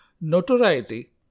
notoriety